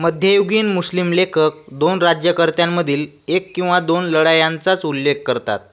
मध्ययुगीन मुस्लिम लेखक दोन राज्यकर्त्यांमधील एक किंवा दोन लढायांचाच उल्लेख करतात